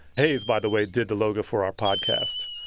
haze, by the way, did the logo for our podcast.